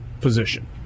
position